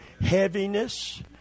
Heaviness